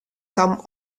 kaam